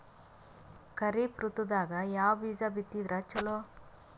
ಖರೀಫ್ ಋತದಾಗ ಯಾವ ಬೀಜ ಬಿತ್ತದರ ಚಲೋ?